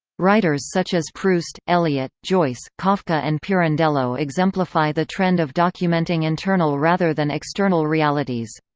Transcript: writers such as proust, eliot, joyce, kafka and pirandello exemplify the trend of documenting internal rather than external realities.